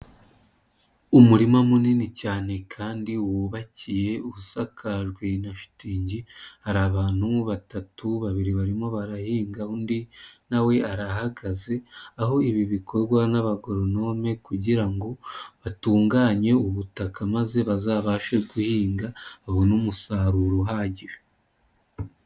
Umurima munini cyane kandi wubakiye usakajwe na shitingi hari abantu batatu babiri barimo barahinga undi nawe arahagaze, aho ibi bikorwa n'abagoronome kugira ngo batunganye ubutaka maze bazabashe guhinga babone umusaruro uhagije.